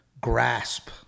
grasp